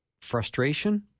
frustration